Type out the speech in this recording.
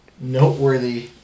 noteworthy